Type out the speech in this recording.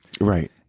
Right